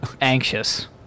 anxious